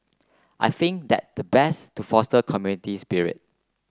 I think that the best to foster community spirit